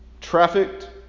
trafficked